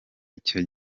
icyo